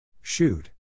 Shoot